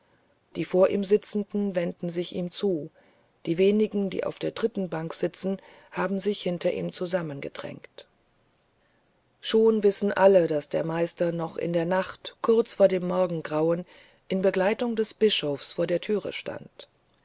die vor ihm sitzenden wenden sich ihm zu die wenigen die auf der dritten bank sitzen haben sich hinter ihm zusammengedrängt schon wissen alle daß der meister noch in der nacht kurz vor dem morgengrauen in begleitung des bischofs vor der türe stand